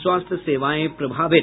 स्वास्थ्य सेवाएं प्रभावित